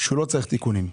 שלא צריך תיקונים.